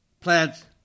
plants